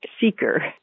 seeker